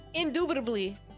Indubitably